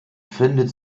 findet